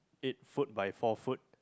eight foot by four foot